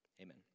Amen